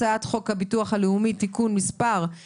הצעת חוק הביטוח הלאומי (תיקון מס' 218)